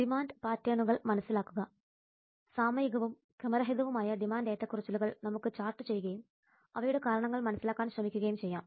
demand പാറ്റേണുകൾ മനസിലാക്കുക സാമയികവും ക്രമരഹിതവുമായ ഡിമാൻഡ് ഏറ്റക്കുറച്ചിലുകൾ നമുക്ക് ചാർട്ട് ചെയ്യുകയും അവയുടെ കാരണങ്ങൾ മനസ്സിലാക്കാൻ ശ്രമിക്കുകയും ചെയ്യാം